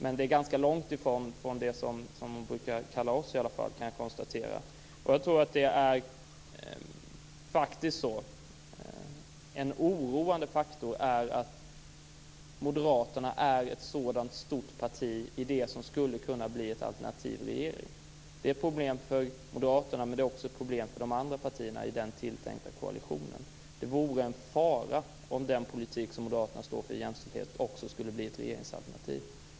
Men det är ganska långt från det hon brukar kalla oss, kan jag konstatera. Jag tror faktiskt att en oroande faktor är att moderaterna är ett sådant stort parti i det som skulle kunna bli en alternativ regering. Det är ett problem för moderaterna, men det är också ett problem för de andra partierna i den tilltänkta koalitionen. Det vore en fara om den politik som moderaterna står för när det gäller jämställdhet också skulle bli ett regeringsalternativ.